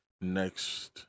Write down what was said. next